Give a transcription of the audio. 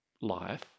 life